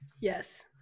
yes